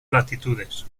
latitudes